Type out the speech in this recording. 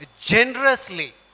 generously